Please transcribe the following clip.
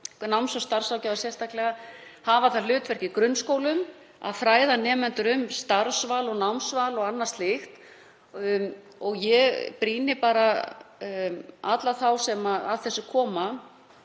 náms- og starfsráðgjafar hafa sérstaklega það hlutverk í grunnskólum að fræða nemendur um starfsval og námsval og annað slíkt. Ég brýni bara alla þá sem að þessu koma